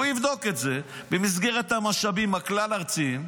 הוא יבדוק את זה במסגרת המשאבים הכלל-ארציים.